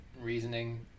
reasoning